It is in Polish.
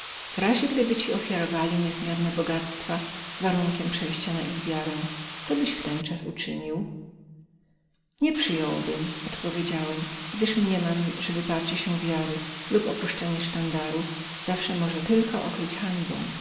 w razie gdyby ci ofiarowali niezmierne bogactwa z warunkiem przejścia na ich wiarę co byś wtenczas uczynił nie przyjąłbym odpowiedziałem gdyż mniemam że wyparcie się wiary lub opuszczenie sztandaru zawsze może tylko okryć hańbą